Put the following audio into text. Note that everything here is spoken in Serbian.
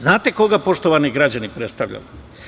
Znate koga, poštovani građani, predstavlja?